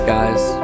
guys